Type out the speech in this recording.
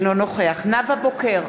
אינו נוכח נאוה בוקר,